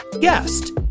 guest